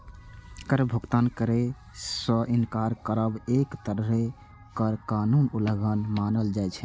कर भुगतान करै सं इनकार करब एक तरहें कर कानूनक उल्लंघन मानल जाइ छै